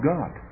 God